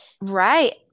Right